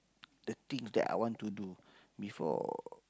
the things that I want to do before